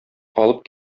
алып